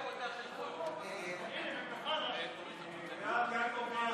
טיסה או שינוי בתנאיה) (נגיף הקורונה החדש,